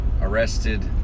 arrested